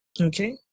Okay